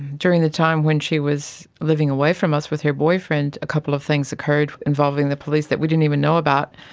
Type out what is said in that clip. during the time when she was living away from us with her boyfriend a couple of things occurred involving the police that we didn't even know about.